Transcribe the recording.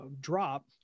drop